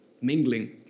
mingling